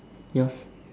yours